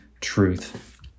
truth